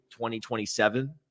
2027